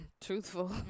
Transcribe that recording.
truthful